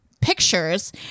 pictures